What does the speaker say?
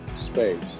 space